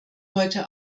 heute